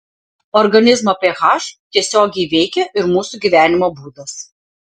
organizmo ph tiesiogiai veikia ir mūsų gyvenimo būdas